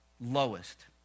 lowest